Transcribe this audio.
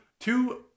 two